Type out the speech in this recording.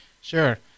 Sure